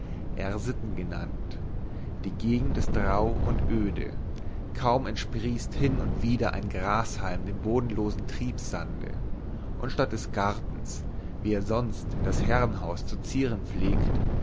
r sitten genannt die gegend ist rauh und öde kaum entsprießt hin und wieder ein grashalm dem bodenlosen triebsande und statt des gartens wie er sonst das herrenhaus zu zieren pflegt